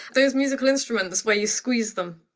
those musical instruments where you squeeze them.